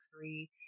three